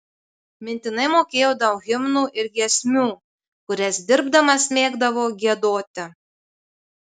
mintinai mokėjo daug himnų ir giesmių kurias dirbdamas mėgdavo giedoti